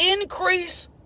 increase